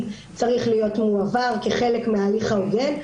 צריך להיות מועבר כחלק מההליך ההוגן.